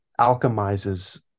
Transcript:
alchemizes